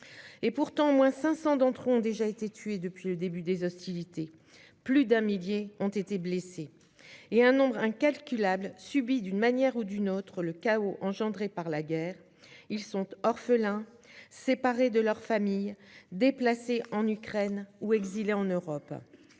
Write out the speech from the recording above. Et pourtant, au moins 500 d'entre eux ont déjà été tués depuis le début des hostilités. Plus d'un millier ont été blessés et un nombre incalculable subit, d'une manière ou d'une autre, le chaos engendré par la guerre : ils sont orphelins, séparés de leurs familles, déplacés en Ukraine ou exilés en Europe